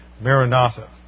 Maranatha